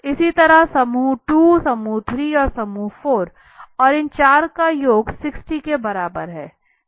इसी तरह समूह 2 समूह 3 और समूह 4 और इस चार का योग 60 के बराबर है